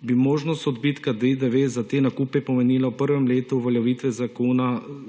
bi možnost odbitka DDV za te nakupe pomenilo v prvem letu uveljavitve zakona za nekaj